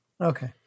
Okay